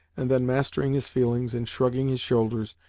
and then, mastering his feelings and shrugging his shoulders,